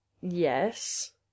Yes